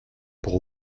pour